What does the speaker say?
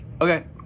Okay